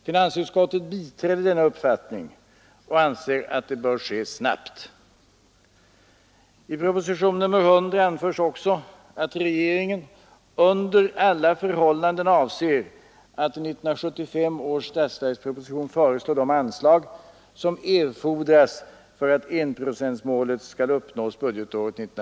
Finansutskottet biträder denna uppfattning och anser att det bör ske snabbt. I propositionen 100 anförs också att regeringen under alla förhållanden avser att i 1975 års statsverksproposition föreslå de anslag som erfordras för att enprocentsmålet skall uppnås budgetåret 1975/76.